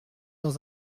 dans